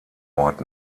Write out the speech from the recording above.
ort